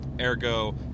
Ergo